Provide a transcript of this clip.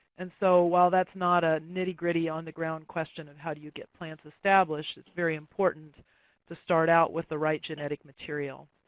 and so while that's not a nitty gritty, on-the-ground question of how do you get plants established, it's very important to start out with the right genetic material.